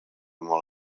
molt